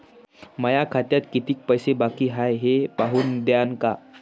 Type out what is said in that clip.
माया खात्यात कितीक पैसे बाकी हाय हे पाहून द्यान का?